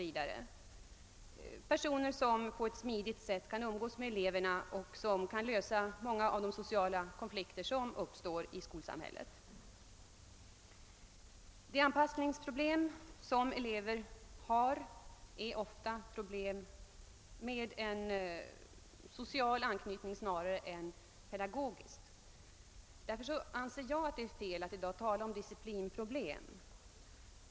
v. vilka på ett smidigt sätt kan umgås med eleverna och lösa många av de sociala konflikter som helt naturligt uppstår i skolsamhället. De anpassningsproblem som många elever har är ofta problem med social anknytning snarare än pedagogisk. Därför anser jag det vara felaktigt att i dag tala om disciplinproblem.